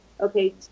okay